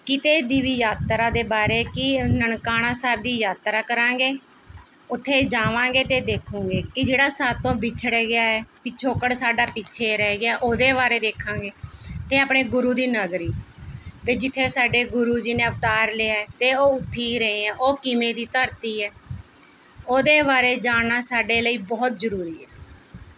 ਕਿਤੇ ਦੀ ਵੀ ਯਾਤਰਾ ਦੇ ਬਾਰੇ ਕਿ ਨਨਕਾਣਾ ਸਾਹਿਬ ਦੀ ਯਾਤਰਾ ਕਰਾਂਗੇ ਉੱਥੇ ਜਾਵਾਂਗੇ ਅਤੇ ਦੇਖਾਂਗੇ ਕਿ ਜਿਹੜਾ ਸਾਡੇ ਤੋਂ ਵਿਛੜ ਗਿਆ ਹੈ ਪਿਛੋਕੜ ਸਾਡਾ ਪਿੱਛੇ ਰਹਿ ਗਿਆ ਉਹਦੇ ਬਾਰੇ ਦੇਖਾਂਗੇ ਅਤੇ ਆਪਣੇ ਗੁਰੂ ਦੀ ਨਗਰੀ ਵੀ ਜਿੱਥੇ ਸਾਡੇ ਗੁਰੂ ਜੀ ਨੇ ਅਵਤਾਰ ਲਿਆ ਅਤੇ ਉਹ ਉੱਥੇ ਰਹੇ ਹੈ ਉਹ ਕਿਵੇਂ ਦੀ ਧਰਤੀ ਹੈ ਉਹਦੇ ਬਾਰੇ ਜਾਣਨਾ ਸਾਡੇ ਲਈ ਬਹੁਤ ਜ਼ਰੂਰੀ ਹੈ